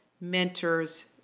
mentors